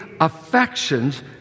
affections